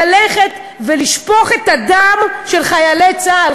ללכת ולשפוך את דמם של חיילי צה"ל,